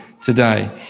today